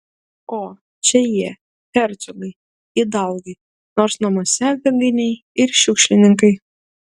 o čia jie hercogai idalgai nors namuose aviganiai ir šiukšlininkai